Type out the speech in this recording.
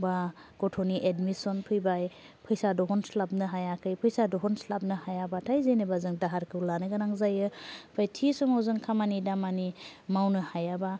बा गथ'नि एडमिसन फैबाय फैसा दहनस्लाबनो हायाखै फैसा दहनस्लाबनो हायाबाथाय जेनोबा जों दाहारखौ लानो गोनां जायो थि समाव जों खामानि दामानि मावनो हायाबा